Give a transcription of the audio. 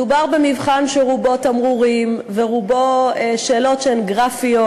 מדובר במבחן שרובו תמרורים ורובו שאלות שהן גרפיות.